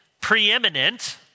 preeminent